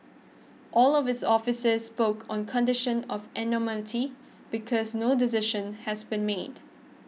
all of the officials spoke on condition of anonymity because no decision has been made